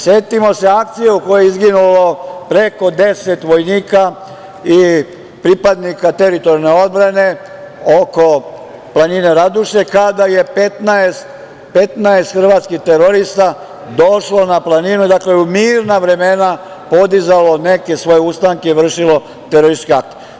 Setimo se akcije u kojoj je izginulu preko 10 vojnika i pripadnika teritorijalne odbrane oko planine Raduše kada je 15 hrvatskih terorista došlo na planinu, dakle u mirna vremena podizalo neke svoje ustanke i vršilo terorističi akt.